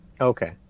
Okay